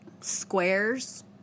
squares